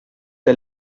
der